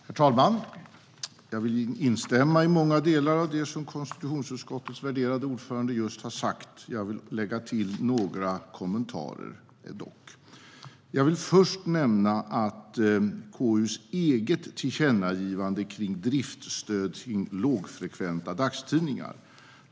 Herr talman! Jag vill instämma i många delar av det som konstitutionsutskottets värderade ordförande just har sagt. Dock vill jag lägga till några kommentarer. Jag vill först nämna KU:s eget tillkännagivande om driftsstöd till lågfrekventa dagstidningar.